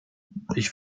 ich